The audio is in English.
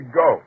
go